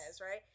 right